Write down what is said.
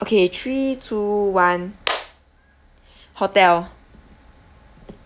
okay three two one hotel